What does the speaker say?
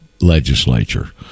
legislature